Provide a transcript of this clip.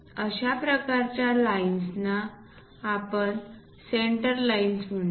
अशा प्रकारच्या लाईन्सना आपण सेंटर लाईन्स म्हणतो